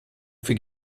fick